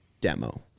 demo